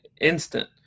instant